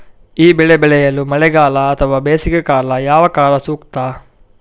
ಈ ಬೆಳೆ ಬೆಳೆಯಲು ಮಳೆಗಾಲ ಅಥವಾ ಬೇಸಿಗೆಕಾಲ ಯಾವ ಕಾಲ ಸೂಕ್ತ?